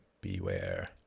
beware